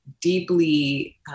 deeply